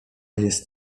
jest